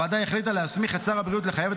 הוועדה החליטה להסמיך את שר הבריאות לחייב את